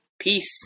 peace